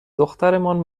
دخترمان